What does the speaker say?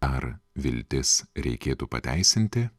ar viltis reikėtų pateisinti